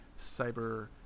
Cyber